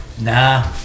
nah